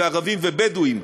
ערביים ובדואיים.